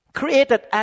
created